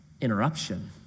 Interruption